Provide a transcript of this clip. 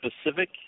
specific